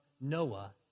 Noah